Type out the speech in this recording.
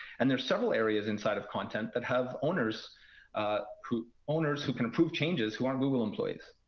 and there's several areas inside of content that have owners ah who owners who can approve changes, who aren't google employees.